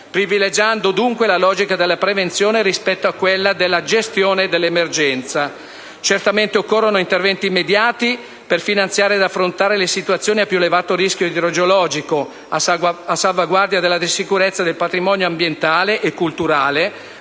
privilegiando dunque la logica della prevenzione rispetto a quella delle gestione dell'emergenza. Certamente occorrono interventi immediati per finanziare ed affrontare le situazioni a più elevato rischio idrogeologico a salvaguardia della sicurezza del patrimonio ambientale e culturale,